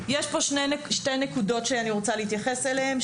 יש פה שתי נקודות שאני רוצה להתייחס אליהם,